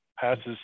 passes –